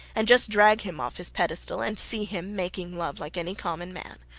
and just drag him off his pedestal and see him making love like any common man.